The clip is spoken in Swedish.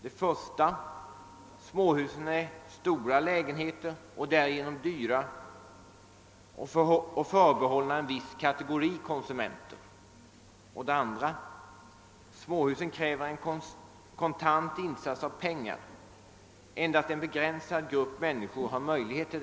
Det första: Småhusen innebär stora lägenheter och är därigenom dyra och förbehållna en viss kategori konsumenter. Det andra: Småhusen kräver en kontant insats av pengar, vilket endast en begränsad grupp människor har möjlighet till.